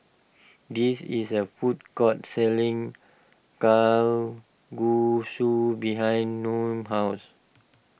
this is a food court selling Kalguksu behind Naomi's house